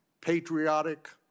patriotic